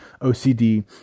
OCD